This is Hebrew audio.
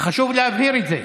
חשוב להבהיר את זה.